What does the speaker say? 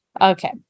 Okay